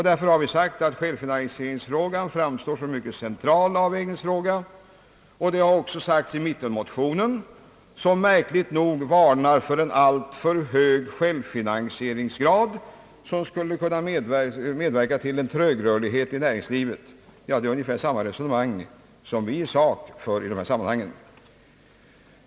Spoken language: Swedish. Därför har vi sagt att självfinansieringsfrågan framstår som en mycket central avvägningsfråga, och det har också sagts i mittenpartimotionen, som märkligt nog varnar för en alltför hög självfinansieringsgrad som skulle kunna medverka till en trög-rörlighet i näringslivet. Detta är ungefär samma synpunkter som vi har i sakfrågan i dessa sammanhang.